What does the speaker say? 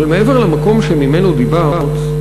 אבל מעבר למקום שממנו דיברת,